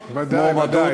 בוודאי,